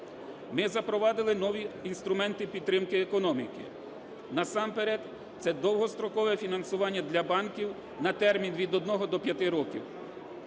Ми запровадили нові інструменти підтримки економіки. Насамперед це довгострокове фінансування для банків на термін від одного до